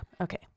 Okay